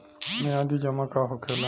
मियादी जमा का होखेला?